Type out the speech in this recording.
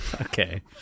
Okay